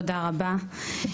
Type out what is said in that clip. תודה רבה.